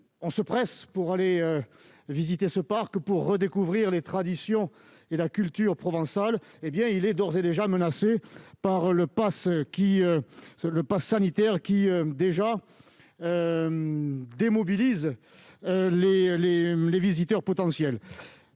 l'on se presse pour aller visiter ce parc, qui permet de redécouvrir les traditions et la culture provençales, il est d'ores et déjà menacé par le passe sanitaire, qui démobilise les visiteurs potentiels.